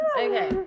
Okay